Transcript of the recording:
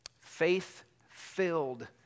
faith-filled